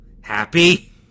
Happy